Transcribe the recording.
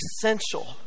essential